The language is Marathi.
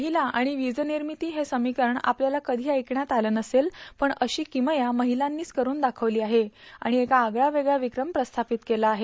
महिला आणि वीजनिर्मिती हे समीकरण आपल्याला कधी ऐकण्यात आलं नसेल पण अशी किमया महिलांनीच करून दाखवली आहे आणि एक आगळवेगळा विक्रम प्रस्थापित केला आहे